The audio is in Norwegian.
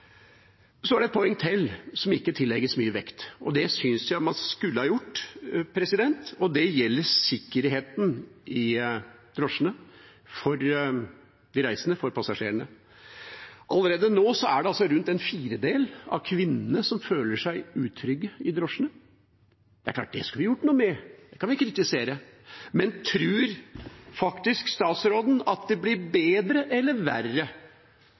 Det er et poeng til som ikke tillegges mye vekt – det synes jeg man skulle ha gjort – og det gjelder sikkerheten i drosjene for passasjerene. Allerede nå er det rundt en firedel av kvinnene som føler seg utrygge i drosjene. Det er klart at det skulle vi gjort noe med, det kan vi kritisere, men tror statsråden at det blir bedre eller verre